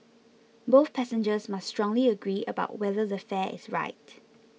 both passengers must strongly agree about whether the fare is right